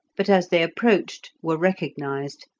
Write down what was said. but as they approached were recognised,